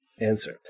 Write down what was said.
Answer